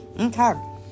Okay